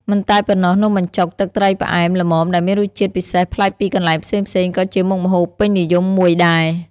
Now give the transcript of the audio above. មិនតែប៉ុណ្ណោះ នំបញ្ចុក ទឹកត្រីផ្អែមល្មមដែលមានរសជាតិពិសេសប្លែកពីកន្លែងផ្សេងៗក៏ជាមុខម្ហូបពេញនិយមមួយដែរ។